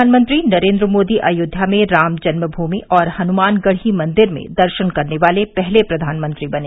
प्रधानमंत्री नरेंद्र मोदी अयोध्या में राम जन्मभूमि और हनुमानगढ़ी मंदिर में दर्शन करने वाले पहले प्रधानमंत्री बने